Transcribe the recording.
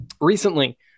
recently